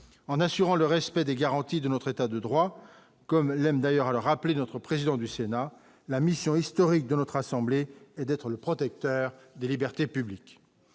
en assurant le respect des garanties de notre état de droit, comme l'aime d'ailleurs à le rappeler notre président du Sénat, la mission historique de notre assemblée et d'être le protecteur des libertés publiques